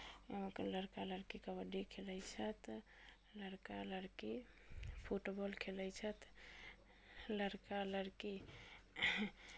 इहाँके लड़का लड़की कबड्डी खेलैत छथि लड़का लड़की फुटबॉल खेलैत छथि लड़का लड़की